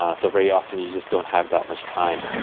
ah so very often you just don't have that much time.